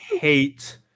hate